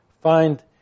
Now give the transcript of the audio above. find